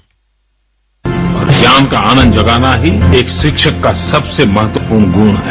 bite ज्ञान का आनन्द जगाना ही एक शिक्षक का सबसे महत्वपूर्ण गुण है